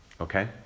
Okay